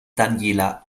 daniela